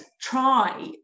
try